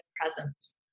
presence